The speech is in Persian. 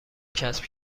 کسب